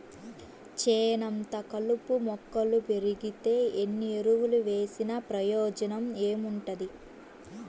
చేనంతా కలుపు మొక్కలు బెరిగితే ఎన్ని ఎరువులు వేసినా ప్రయోజనం ఏముంటది